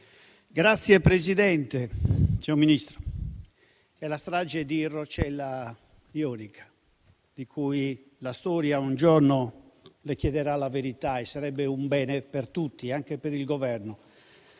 *(M5S)*. Signor Ministro, della strage di Roccella Ionica - di cui la storia un giorno le chiederà la verità e sarebbe un bene per tutti, anche per il Governo,